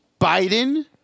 Biden